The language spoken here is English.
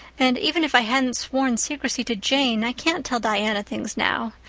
and, even if i hadn't sworn secrecy to jane, i can't tell diana things now.